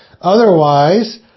Otherwise